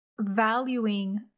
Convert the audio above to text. valuing